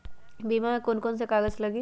बीमा में कौन कौन से कागज लगी?